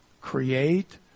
create